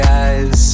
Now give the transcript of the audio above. eyes